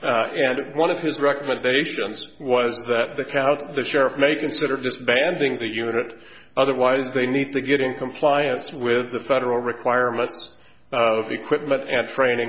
and one of his recommendations was that the county sheriff may consider disbanding the unit otherwise they need to get in compliance with the federal requirements of equipment and training